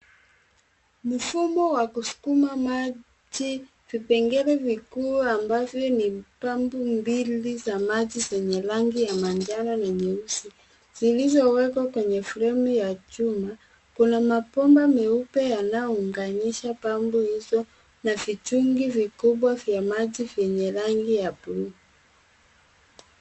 Mfumo wa kusukuma maji, vipengele vikuu ambavyo ni pump mbili za maji zenye rangi ya manjano na nyeusi zilizowekwa kwenye fremu ya chuma. Kuna mabomba meupe yanayounganisha pump hizo na vichungi vikubwa vya maji vyenye rangi ya bluu.